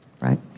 right